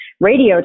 radio